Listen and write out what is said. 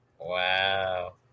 Wow